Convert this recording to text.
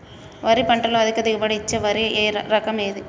వరి పంట లో అధిక దిగుబడి ఇచ్చే వరి రకం ఏది?